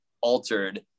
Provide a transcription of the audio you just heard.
altered